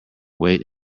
wait